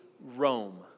Rome